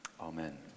amen